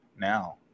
now